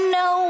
no